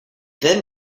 then